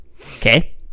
okay